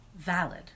valid